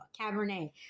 Cabernet